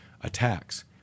Attacks